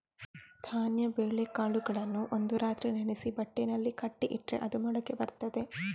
ಧಾನ್ಯ ಬೇಳೆಕಾಳುಗಳನ್ನ ಒಂದು ರಾತ್ರಿ ನೆನೆಸಿ ಬಟ್ಟೆನಲ್ಲಿ ಕಟ್ಟಿ ಇಟ್ರೆ ಅದು ಮೊಳಕೆ ಬರ್ತದೆ